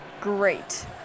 Great